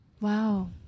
Wow